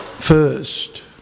first